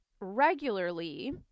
regularly